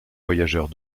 voyageurs